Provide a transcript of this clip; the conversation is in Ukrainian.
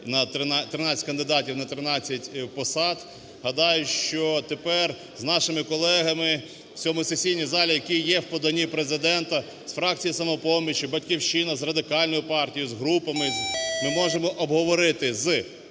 13 кандидатів на 13 посад. Гадаю, що тепер з нашими колегами в цьому сесійному залі, який є в поданні Президента, з фракцією "Самопомочі", "Батьківщиною", з Радикальною партією, з групами ми можемо обговорити з